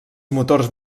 motors